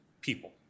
people